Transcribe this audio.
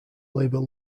labour